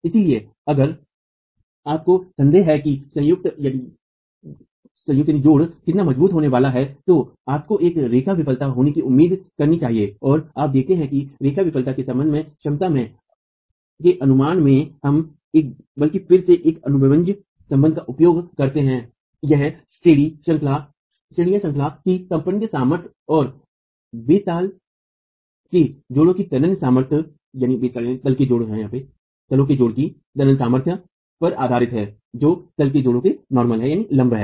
इसलिए अगर आपको संदेह है कि संयुक्त कितना मजबूत होने वाला है तो आपको एक रेखा विफलता होने की उम्मीद करनी चाहिए और आप देखते हैं कि रेखा विफलता के संबंध में क्षमता के अनुमान में हम एक बल्कि फिर से एक अनुभवजन्य संबंध का उपयोग करते हैंयह श्रेणीश्रंखला की संपीड़ित सामर्थ्य और बेताल के जोड़ों की तन्य सामर्थ्य पर आधारित है जो तल के जड़ों के लम्ब है